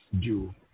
due